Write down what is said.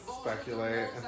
speculate